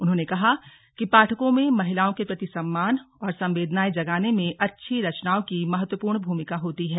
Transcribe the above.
उन्होंने कहा कि पाठकों में महिलाओं के प्रति सम्मान और संवेदनाएं जगाने में अच्छी रचनाओं की महत्वपूर्ण भूमिका होती है